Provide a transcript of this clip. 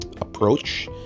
approach